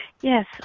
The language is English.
Yes